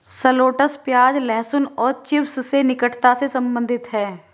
shallots प्याज, लहसुन और चिव्स से निकटता से संबंधित है